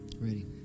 Ready